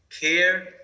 care